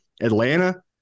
Atlanta